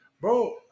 bro